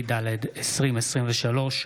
התשפ"ד 2023,